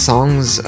Songs